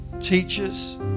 teachers